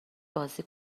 بازی